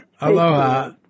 Aloha